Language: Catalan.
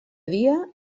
dia